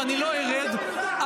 ואני לא ארד -- אתה מנותק מהמציאות.